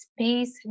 space